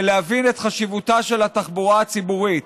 להבין את חשיבותה של התחבורה הציבורית.